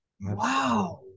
Wow